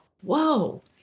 whoa